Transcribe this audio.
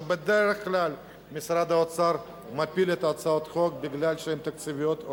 ובדרך כלל משרד האוצר מפיל את הצעות החוק כי הן תקציביות,